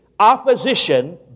opposition